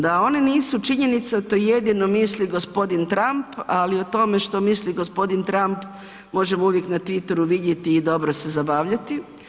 Da one nisu činjenica to jedino misli g. Trump, ali o tome što misli g. Trump možemo uvijek na Twitteru vidjeti i dobro se zabavljati.